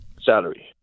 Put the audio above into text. Salary